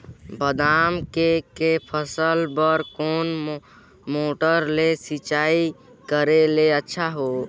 बादाम के के फसल बार कोन मोटर ले सिंचाई करे ले अच्छा रथे?